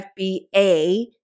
FBA